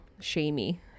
shamey